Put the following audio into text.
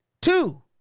Two